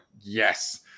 yes